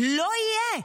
לא יהיה.